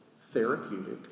therapeutic